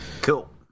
cool